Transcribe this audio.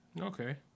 Okay